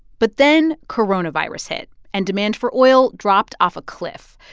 but then coronavirus hit. and demand for oil dropped off a cliff.